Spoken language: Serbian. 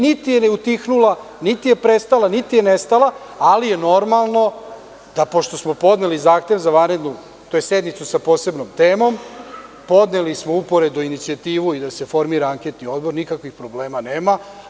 Nije da je utihnula, niti je prestala, niti je nestala, ali je normalno da pošto smo podneli zahtev za sednicu sa posebnom temom, podneli smo uporedo inicijativu i da se formira anketni odbor, nikakvih problema nema.